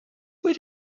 where